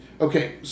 okay